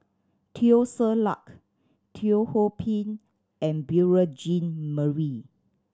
Teo Ser Luck Teo Ho Pin and Beurel Jean Marie